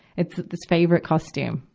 it's this favorite costume,